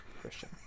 Christian